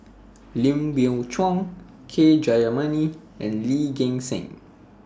Lim Biow Chuan K Jayamani and Lee Gek Seng